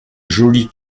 jolie